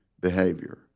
behavior